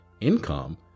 income